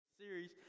Series